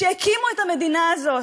שהקימו את המדינה הזאת,